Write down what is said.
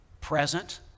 present